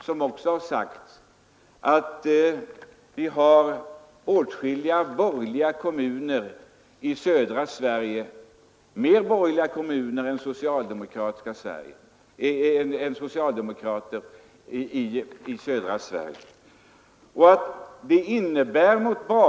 Som också har sagts finns det flera borgerliga kommuner än socialdemokratiska i södra Sverige.